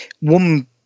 one